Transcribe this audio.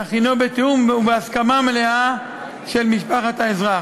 אך הוא בתיאום ובהסכמה מלאה של משפחת האזרח.